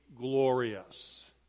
glorious